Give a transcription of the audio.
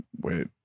Wait